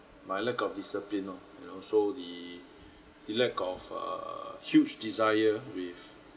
my lack of discipline lor you know so the the lack of err huge desire with